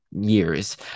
years